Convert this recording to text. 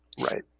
Right